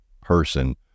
person